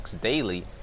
daily